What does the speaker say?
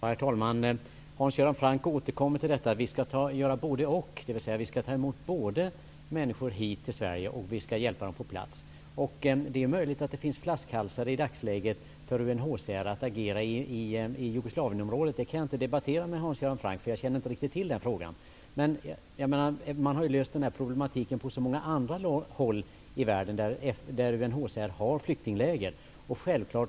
Herr talman! Hans Göran Franck återkommer till detta att vi skall göra både--och, dvs. vi skall både ta emot människor här och hjälpa dem på plats. Det är möjligt att det i dagsläget finns flaskhalsar som försvårar för UNHCR att agera i Jugoslavienområdet. Det kan jag inte debattera med Hans Göran Franck om, eftersom jag inte riktigt känner till förhållandena. Man har ju löst problematiken på så många andra håll i världen där UNHCR har flyktingläger.